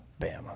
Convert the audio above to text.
Bama